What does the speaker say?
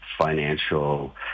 financial